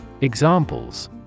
Examples